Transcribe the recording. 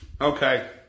Okay